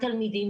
אותם תלמידים,